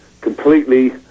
completely